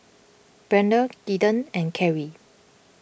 Brendan Kaeden and Carry